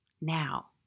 Now